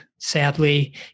sadly